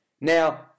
Now